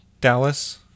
Dallas